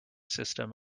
system